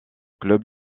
club